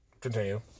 Continue